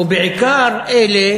ובעיקר אלה